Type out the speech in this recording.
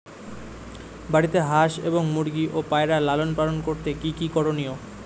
বাড়িতে হাঁস এবং মুরগি ও পায়রা লালন পালন করতে কী কী করণীয়?